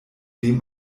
dem